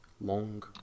long